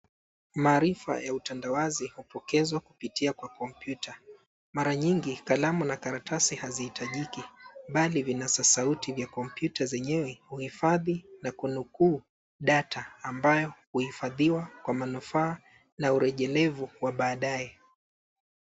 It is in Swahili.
Maarifa ya utendawazi hupokezwa kupitia kwa kompyuta, mara nyingi kalamu na karatasi haziitajiki bali vinasa sauti vya kompyuta zenyewe uhifadhi na kunukuu data ambayo uhifadhiwa kwa manufaa na urejelevu wa baadaye.